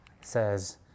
says